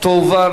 הגנת